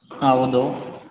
ಹಾಂ ಹೌದು